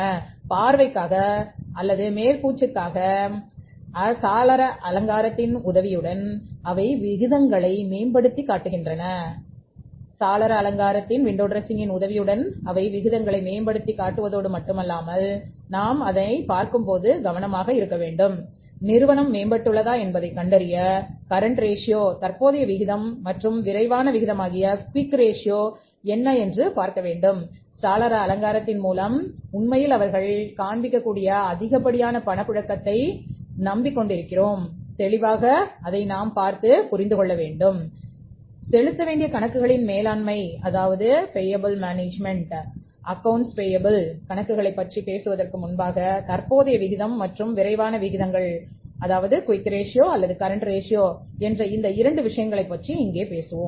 வெளிப் பார்வைக்காக அல்லது window dressing மேம்படுத்துகின்றன விண்டோ டிரசிங் மூலம் அல்லது உண்மையில் அவர்கள் காண்பிக்கக் கூடிய அதிகப்படியான பணப்புழக்கத்தைக் கொண்டிருக்கிறார்கள் என்று தெளிவாக நாம் புரிந்து கொள்ள வேண்டும் செலுத்த வேண்டிய கணக்குகளின் மேலாண்மை அதாவது அக்கவுண்ட்ஸ் பேயபிள் என்ற இந்த இரண்டு விஷயங்களைப் பற்றி இங்கே பேசுவோம்